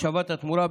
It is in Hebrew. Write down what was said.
להשבת התמורה.